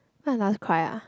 when I last cry ah